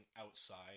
outside